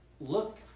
look